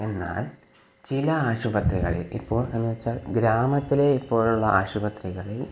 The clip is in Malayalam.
എന്നാൽ ചില ആശുപത്രികളിൽ ഇപ്പോൾ എന്നുവെച്ചാൽ ഗ്രാമത്തിലെ ഇപ്പോഴുള്ള ആശുപത്രികളിൽ